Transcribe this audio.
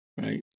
right